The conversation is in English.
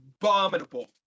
abominable